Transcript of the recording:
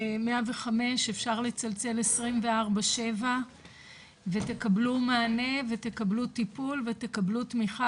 ש-105 אפשר לצלצל 24/7 ותקבלו מענה ותקבלו טיפול ותקבלו תמיכה,